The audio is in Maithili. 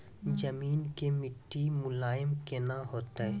जमीन के मिट्टी मुलायम केना होतै?